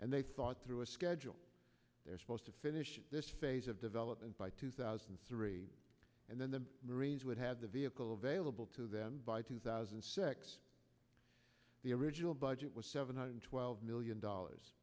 and they thought through a schedule they're supposed to finish this phase of development by two thousand and three and then the marines would have the vehicle available to them by two thousand and six the original budget was seven hundred twelve million dollars